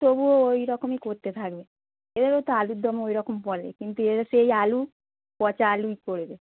তবুও ওই রকমই করতে থাকবে এরও তো আলুর দম ওই রকম বলে কিন্তু এর সেই আলু পচা আলুই করবে